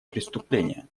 преступления